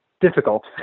difficult